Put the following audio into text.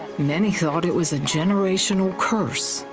many thought it was a generational curse.